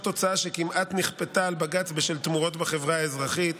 תוצאה שכמעט נכפתה על בג"ץ בשל תמורות בחברה האזרחית,